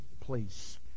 place